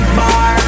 bar